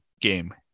game